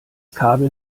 kabel